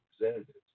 Representatives